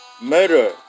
murder